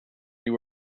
you